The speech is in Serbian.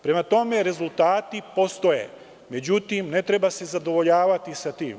Prema tome, rezultati postoje, međutim, ne treba se zadovoljavati sa tim.